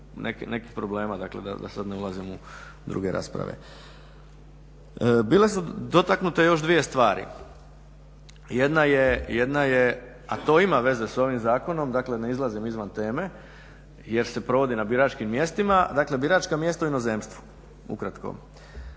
nekih problema, da sad ne ulazimo u druge rasprave. Bile su dotaknute još dvije stvari. Jedna je a to ima veze s ovim zakonom, dakle ne izlazim izvan teme jer se provodi na biračkim mjestima, dakle biračka mjesta u inozemstvu ukratko,